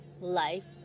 life